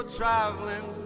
traveling